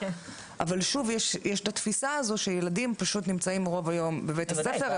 אבל שוב יש את התפיסה הזו שילדים פשוט נמצאים רוב היום בבית הספר,